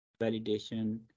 Validation